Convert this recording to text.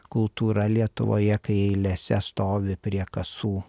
kultūra lietuvoje kai eilėse stovi prie kasų